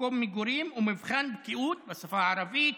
מקום מגורים ומבחן בקיאות בשפות הערבית,